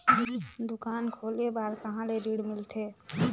दुकान खोले बार कहा ले ऋण मिलथे?